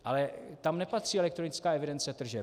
Ale tam nepatří elektronická evidence tržeb.